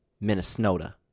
Minnesota